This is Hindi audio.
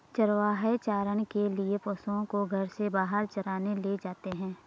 चरवाहे चारण के लिए पशुओं को घर से बाहर चराने ले जाते हैं